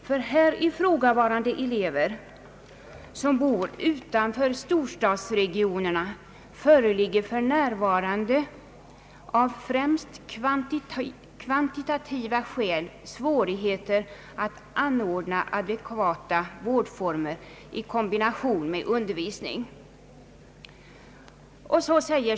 För här ifrågakommande elever som bor utanför storstadsregionerna fö religger f.n. av främst kvantitativa skäl svårigheter att anordna adekvata vårdformer i kombination med undervisning.